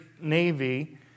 Navy